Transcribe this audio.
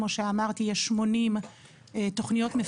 כמו שאמרתי, יש 80 תוכניות מפורטות.